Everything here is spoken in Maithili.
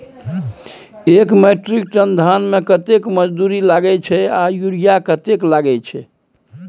एक मेट्रिक टन धान में कतेक मजदूरी लागे छै आर यूरिया कतेक लागे छै?